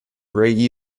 ray